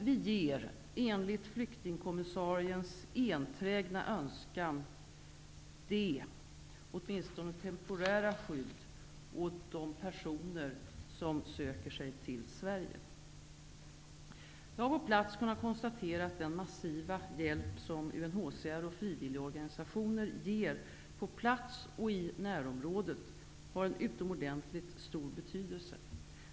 Vi ger i enlighet med flyk tingkommissariens enträgna önskan åtminstone ett temporärt skydd åt de personer som söker sig till Sverige. Jag har på plats kunnat konstatera att den mas siva hjälp som UNHCR och frivilligorganisatio ner ger på plats och i närområdet har en utomor dentligt stor betydelse.